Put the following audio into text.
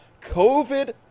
covid